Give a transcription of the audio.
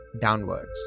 downwards